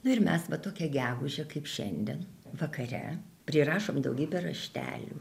ir mes va tokią gegužę kaip šiandien vakare prirašom daugybę raštelių